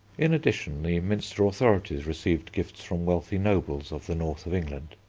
in addition, the minster authorities received gifts from wealthy nobles of the north of england.